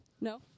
No